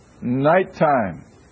Nighttime